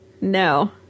No